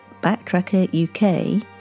BacktrackerUK